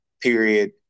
period